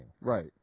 Right